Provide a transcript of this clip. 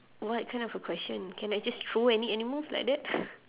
what kind of a question can I just throw any animals like that